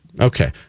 Okay